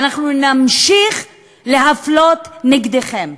ואנחנו נמשיך להפלות אתכם,